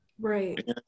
Right